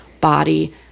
body